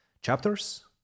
chapters